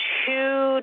two